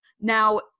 Now